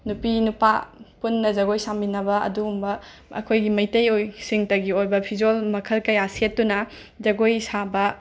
ꯅꯨꯄꯤ ꯅꯨꯄꯥ ꯄꯨꯟꯅ ꯖꯒꯣꯏ ꯁꯥꯃꯤꯟꯅꯕ ꯑꯗꯨꯒꯨꯝꯕ ꯑꯈꯣꯏꯒꯤ ꯃꯩꯇꯩꯑꯣꯏ ꯁꯤꯡꯇꯒꯤ ꯑꯣꯏꯕ ꯐꯤꯖꯣꯜ ꯃꯈꯜ ꯀꯌꯥ ꯁꯦꯠꯇꯨꯅ ꯖꯒꯣꯏ ꯁꯥꯕ